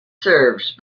served